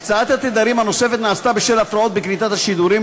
הקצאת התדרים הנוספת נעשתה בשל הפרעות בקליטת השידורים,